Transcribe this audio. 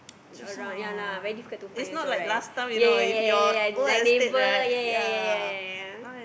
around ya lah very difficult to find also right ya ya ya ya ya like neighbour ya ya ya ya ya ya